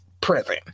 prison